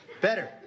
better